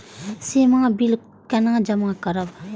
सीमा bill केना जमा करब?